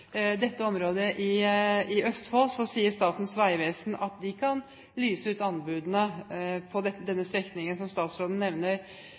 dette området i Østfold, sier Statens vegvesen at de kan lyse ut anbudene på denne strekningen som statsråden nevner,